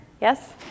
Yes